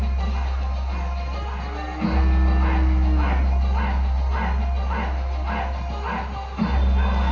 जंगल में लकड़ी वाला पेड़ अउरी फल वाला पेड़ दूनो लगावल जाला